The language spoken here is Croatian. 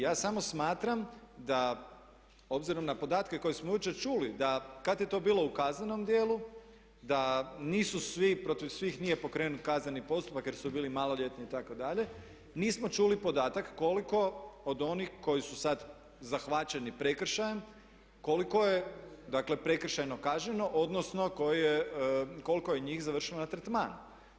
Ja samo smatram da obzirom na podatke koje smo jučer čuli da kad je to bilo u kaznenom djelu da nisu svi protiv svih nije pokrenut kazneni postupak jer su bili maloljetni itd. nismo čuli podatak koliko od onih koji su sad zahvaćeni prekršajem koliko je dakle prekršajno kažnjeno odnosno koliko je njih završilo na tretmanu.